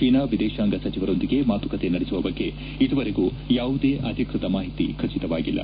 ಚೇನಾ ವಿದೇಶಾಂಗ ಸಚಿವರೊಂದಿಗೆ ಮಾತುಕತೆ ನಡೆಸುವ ಬಗ್ಗೆ ಇದುವರೆಗೂ ಯಾವುದೇ ಅಧಿಕೃತ ಮಾಹಿತಿ ಖಚಿತವಾಗಿಲ್ಲ